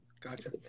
Gotcha